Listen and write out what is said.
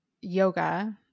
yoga